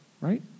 right